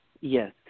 Yes